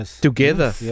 together